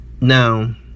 Now